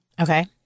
Okay